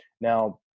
Now